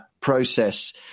process